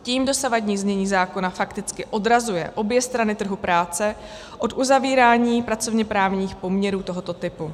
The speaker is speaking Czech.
Tím dosavadní znění zákona fakticky odrazuje obě strany trhu práce od uzavírání pracovněprávních poměrů tohoto typu.